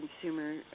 consumer